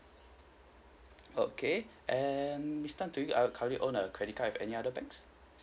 okay and miss tan do you uh currently own a credit card with any other banks